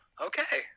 Okay